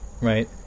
right